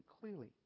clearly